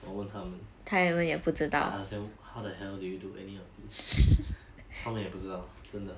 我问他们 I ask them how the hell do you do any of this 他们也不知道真的